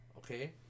Okay